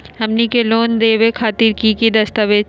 हमनी के लोन लेवे खातीर की की दस्तावेज चाहीयो?